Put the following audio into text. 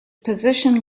position